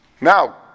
Now